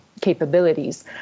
capabilities